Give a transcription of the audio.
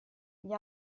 gli